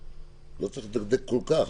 לא צריך לדקדק כל כך.